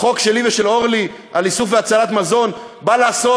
החוק שלי ושל אורלי על איסוף והצלת מזון בא לעשות,